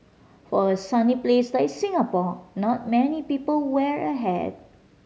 for a sunny place like Singapore not many people wear a hat